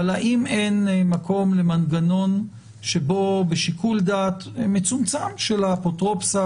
אבל האם אין מקום למנגנון שבו בשיקול דעת מצומצם של האפוטרופסה,